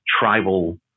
tribal